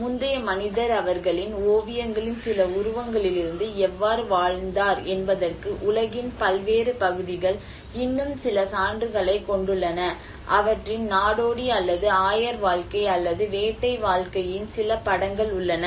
முந்தைய மனிதர் அவர்களின் ஓவியங்களின் சில உருவங்களிலிருந்து எவ்வாறு வாழ்ந்தார் என்பதற்கு உலகின் பல்வேறு பகுதிகள் இன்னும் சில சான்றுகளைக் கொண்டுள்ளன அவற்றின் நாடோடி அல்லது ஆயர் வாழ்க்கை அல்லது வேட்டை வாழ்க்கையின் சில படங்கள் உள்ளன